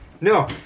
No